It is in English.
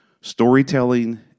storytelling